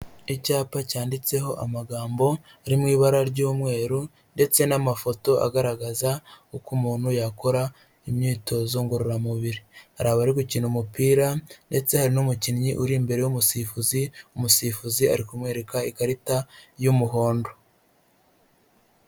Icyapa cyanditseho amagambo ari mu ibara ry'umweru ndetse n'amafoto agaragaza uko umuntu yakora imyitozo ngororamubiri, hari abari gukina umupira ndetse hari n'umukinnyi uri imbere y'umusifuzi, umusifuzi ari kumwereka ikarita y'umuhondo.